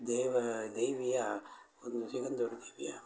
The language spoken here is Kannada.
ದೇವಾ ದೇವಿಯ ಒಂದು ಸಿಗಂದೂರು ದೇವಿಯ